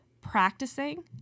practicing